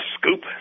scoop